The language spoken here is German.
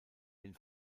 den